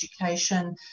education